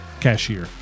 cashier